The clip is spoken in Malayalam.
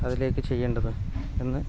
അതിലേക്ക് ചെയ്യേണ്ടത് എന്ന്